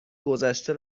گذشته